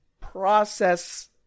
process